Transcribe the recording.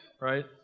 right